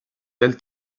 del